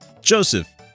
Joseph